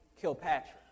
Kilpatrick